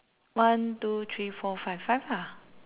one two three four five five lah